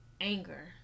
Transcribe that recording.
anger